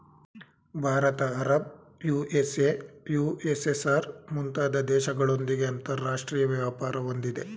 Bharat Arab, USA, USSR, ಮುಂತಾದ ದೇಶಗಳೊಂದಿಗೆ ಅಂತರಾಷ್ಟ್ರೀಯ ವ್ಯಾಪಾರ ಹೊಂದಿದೆ